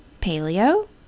Paleo